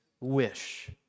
wish